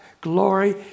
glory